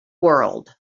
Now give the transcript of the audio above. world